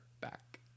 back